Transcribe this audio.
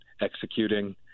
executing